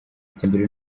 icyambere